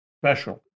special